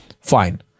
Fine